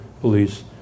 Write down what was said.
police